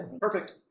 perfect